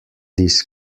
this